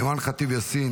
אימאן ח'טיב יאסין,